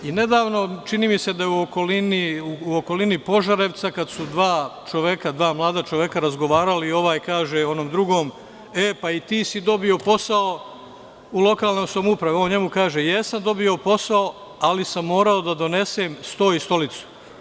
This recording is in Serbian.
Nedavno, čini mi se da je u okolini Požarevca, kada su dva mlada čoveka razgovarala, ovaj kaže onom drugom – e, pa i ti si dobio posao u lokalnoj samoupravi, a ovaj njemu kaže – jesam dobio posao, ali sam morao da donesem sto i stolicu.